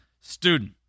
student